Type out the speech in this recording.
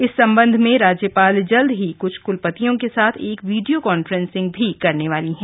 इस संबंध में राज्यपाल जल्द ही सभी क्लपतियों के साथ एक वीडियो कांफ्रेंसिंग भी करने वाली हैं